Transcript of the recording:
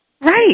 Right